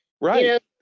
right